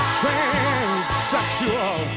transsexual